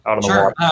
Sure